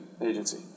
Agency